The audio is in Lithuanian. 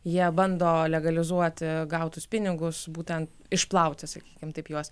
jie bando legalizuoti gautus pinigus būtent išplauti sakykim taip juos